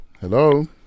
Hello